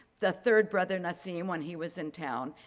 the third brother naceem, when he was in town.